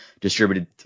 distributed